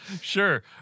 Sure